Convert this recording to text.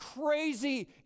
crazy